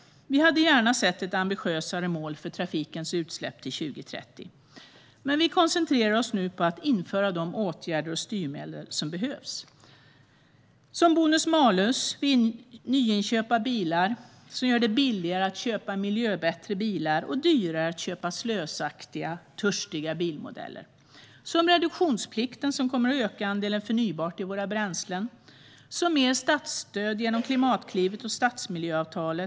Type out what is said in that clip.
Vi hade gärna sett ett ambitiösare mål för trafikens utsläpp till 2030. Men vi koncentrerar oss nu på att införa de åtgärder och styrmedel som behövs. Det gäller bonus-malus vid nyinköp av bilar, som gör det billigare att köpa miljöbättre bilar och dyrare att köpa slösaktiga, törstiga bilmodeller. Det gäller reduktionsplikten, som kommer att öka andelen förnybart i våra bränslen. Det gäller mer statsstöd genom Klimatklivet och stadsmiljöavtalet.